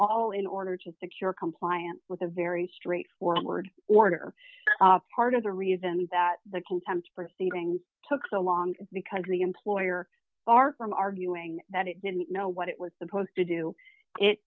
all in order to secure compliance with a very straightforward order part of the reason that the contempt proceedings took so long because the employer far from arguing that it didn't know what it was supposed to do it